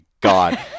God